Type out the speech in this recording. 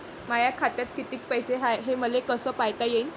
माया खात्यात कितीक पैसे हाय, हे मले कस पायता येईन?